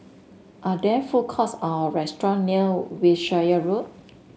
are there food courts or restaurant near Wiltshire Road